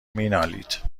مینالید